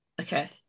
Okay